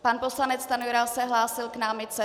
Pan poslanec Stanjura se hlásil k námitce?